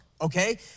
okay